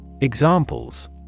Examples